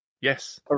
Yes